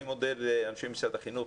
ושוב, אני מודה לאנשי משרד החינוך.